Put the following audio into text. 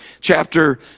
chapter